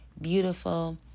beautiful